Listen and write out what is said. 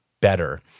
better